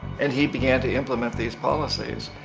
and he began to implement these policies.